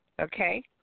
Okay